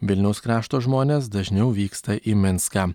vilniaus krašto žmonės dažniau vyksta į minską